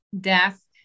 death